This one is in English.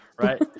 right